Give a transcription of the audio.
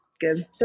good